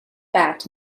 back